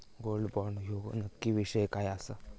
Gold bond ह्यो नक्की विषय काय आसा?